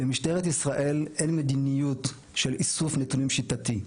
למשטרת ישראל אין מדיניות של איסוף נתונים שיטתי.